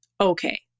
okay